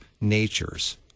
natures